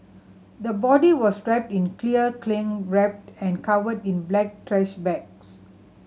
the body was wrapped in clear cling wrap and covered in black trash bags